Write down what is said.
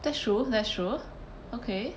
that's true that's true okay